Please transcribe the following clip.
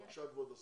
בבקשה, כבוד השר.